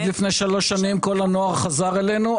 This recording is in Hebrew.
עד לפני שלוש שנים כל הנוער חזר אלינו.